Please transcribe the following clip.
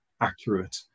accurate